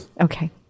Okay